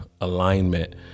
alignment